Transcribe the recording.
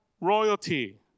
royalty